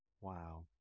Wow